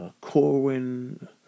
Corwin